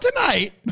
tonight